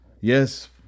Yes